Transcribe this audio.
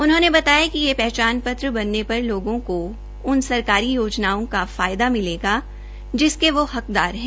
उन्होंने बताया कि यह पहचान पत्र बनने पर लोगों को उन सरकारी योजनाओं का लाभ मिलेगा जिसके के हकदार है